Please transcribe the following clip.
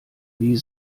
wie